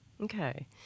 Okay